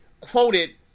Quoted